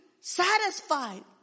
satisfied